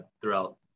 throughout